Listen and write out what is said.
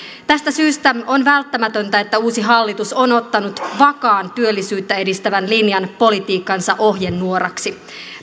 tästä syystä on välttämätöntä että uusi hallitus on ottanut vakaan työllisyyttä edistävän linjan politiikkansa ohjenuoraksi